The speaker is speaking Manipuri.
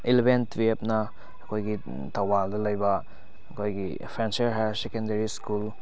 ꯑꯦꯂꯕꯦꯟ ꯇꯨꯋꯦꯞꯅ ꯑꯩꯈꯣꯏꯒꯤ ꯊꯧꯕꯥꯜꯗ ꯂꯩꯕ ꯑꯩꯈꯣꯏꯒꯤ ꯐꯦꯟꯁꯤꯌꯔ ꯍꯥꯏꯌꯔ ꯁꯦꯀꯦꯟꯗꯔꯤ ꯁ꯭ꯀꯨꯜ